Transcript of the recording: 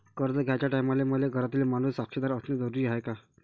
कर्ज घ्याचे टायमाले मले घरातील माणूस साक्षीदार असणे जरुरी हाय का?